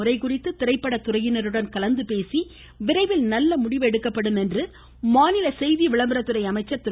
முறை குறித்து திரைப்பட துறையினருடன் கலந்துபேசி விரைவில் நல்ல முடிவு எடுக்கப்படும் என்று மாநில செய்தி விளம்பரத்துறை அமைச்சர் திரு